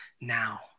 now